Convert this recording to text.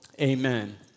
Amen